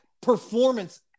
performance